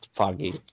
Foggy